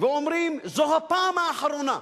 ואומרים: זו הפעם האחרונה,